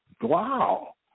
Wow